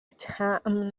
طعم